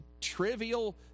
trivial